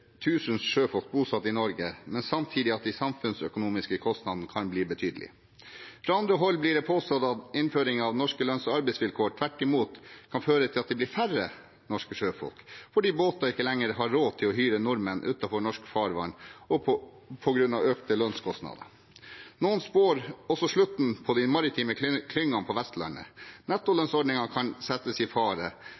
sjøfolk bosatt i Norge, men sier samtidig at de samfunnsøkonomiske kostnadene kan bli betydelige. Fra andre hold blir det påstått at innføring av norske lønns- og arbeidsvilkår tvert imot kan føre til at det blir færre norske sjøfolk, fordi båteiere ikke lenger har råd til å hyre nordmenn utenfor norsk farvann på grunn av økte lønnskostnader. Noen spår også slutten på de maritime klyngene på Vestlandet.